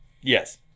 Yes